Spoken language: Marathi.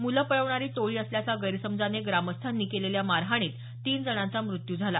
मुलं पळवणारी टोळी असल्याचा गैरसमजाने ग्रामस्थांनी केलेल्या मारहाणीत तीन जणांचा मृत्यू झाला